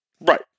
Right